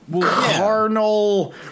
carnal